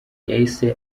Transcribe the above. yahise